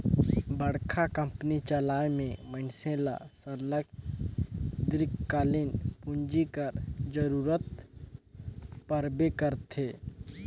बड़का कंपनी चलाए में मइनसे ल सरलग दीर्घकालीन पूंजी कर जरूरत परबे करथे